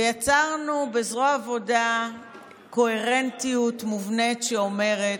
ויצרנו בזרוע העבודה קוהרנטיות מובנית, שאומרת: